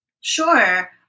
Sure